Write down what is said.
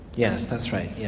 yes that's right. yeah